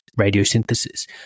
radiosynthesis